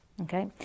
Okay